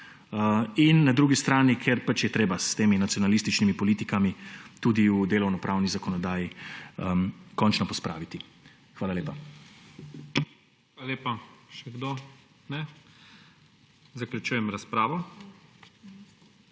In na drugi strani, ker pač je treba s temi nacionalističnimi politikami tudi v delovnopravni zakonodaji končno pospraviti. Hvala lepa. **PREDSEDNIK IGOR ZORČIČ:** Hvala lepa. Še kdo? Ne. Zaključujem razpravo. Gospa